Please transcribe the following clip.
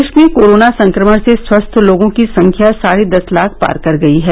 देश में कोरोना संक्रमण से स्वस्थ लोगों की संख्या साढे दस लाख पार कर गई है